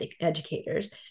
educators